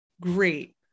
great